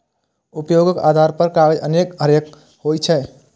उपयोगक आधार पर कागज अनेक तरहक होइ छै